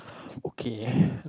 okay